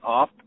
up